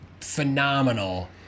phenomenal